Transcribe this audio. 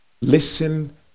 listen